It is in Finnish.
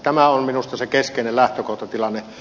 tämä on minusta se keskeinen lähtökohtatilanne